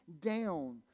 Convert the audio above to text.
down